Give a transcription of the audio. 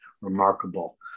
remarkable